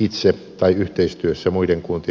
itse tai yhteistyössä muiden kuntien kanssa